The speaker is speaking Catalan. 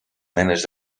menes